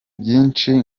byinshi